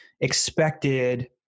expected